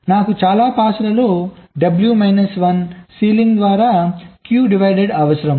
కాబట్టి నాకు చాలా పాస్ లలో W మైనస్ 1 సీలింగ్ ద్వారా q డివైడ్ అవసరం